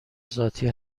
ذاتی